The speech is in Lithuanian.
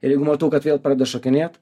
ir jeigu matau kad vėl pradeda šokinėt